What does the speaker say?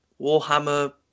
Warhammer